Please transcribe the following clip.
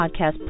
podcast